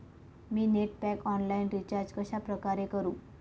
मी net pack online recharge कशाप्रकारे करु?